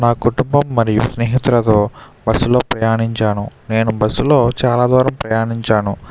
నా కుటుంబం మరియు స్నేహితులతో బస్సు లో ప్రయాణించాను నేను బస్సు లో చాలా దూరం ప్రయాణించాను